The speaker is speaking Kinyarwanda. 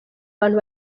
abantu